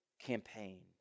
campaign